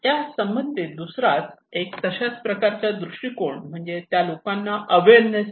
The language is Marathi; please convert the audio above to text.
या संबंधित दुसरा एक तशाच प्रकारचा दृष्टिकोन म्हणजे त्या लोकांना अवेअरनेस नाही